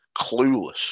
clueless